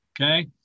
Okay